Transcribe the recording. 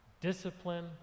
discipline